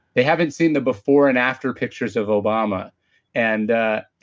they haven't seen the before-and-after pictures of obama and ah